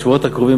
בשבועות הקרובים,